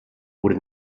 wurde